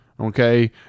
okay